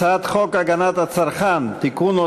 הצעת חוק הגנת הצרכן (תיקון,